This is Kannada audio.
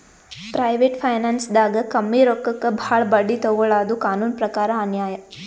ಪ್ರೈವೇಟ್ ಫೈನಾನ್ಸ್ದಾಗ್ ಕಮ್ಮಿ ರೊಕ್ಕಕ್ ಭಾಳ್ ಬಡ್ಡಿ ತೊಗೋಳಾದು ಕಾನೂನ್ ಪ್ರಕಾರ್ ಅನ್ಯಾಯ್